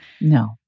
No